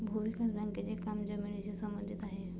भूविकास बँकेचे काम जमिनीशी संबंधित आहे